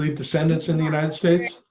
leave the sentence in the united states.